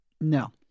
No